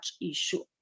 issue